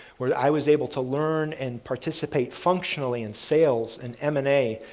where i was able to learn and participate functionally in sales, and m and a,